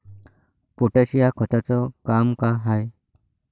Potash या खताचं काम का हाय?